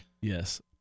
Yes